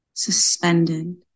Suspended